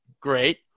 Great